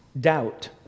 doubt